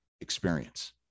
experience